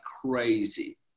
crazy